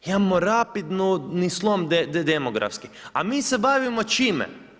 Imamo rapidni slom demografski a mi se bavimo čime?